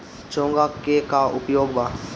चोंगा के का उपयोग बा?